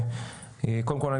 קודם כל,